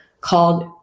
called